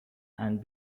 and